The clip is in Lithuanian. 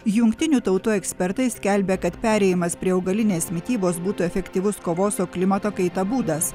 jungtinių tautų ekspertai skelbia kad perėjimas prie augalinės mitybos būtų efektyvus kovos su klimato kaita būdas